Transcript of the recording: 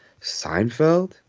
Seinfeld